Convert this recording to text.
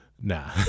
Nah